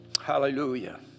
hallelujah